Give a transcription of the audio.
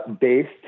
based